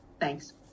thanks